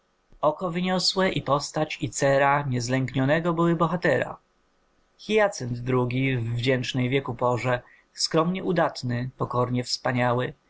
oko wyniosłe i postać i cera niezlęknionego były bohatera hyacynt drugi w dziecinnej wiek porze skromnie udatny pokornie wspaniały